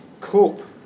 cope